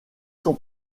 sont